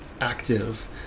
active